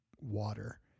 water